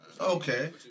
Okay